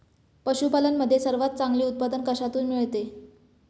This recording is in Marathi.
पशूपालन मध्ये सर्वात चांगले उत्पादन कशातून मिळते?